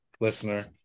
listener